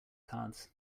cards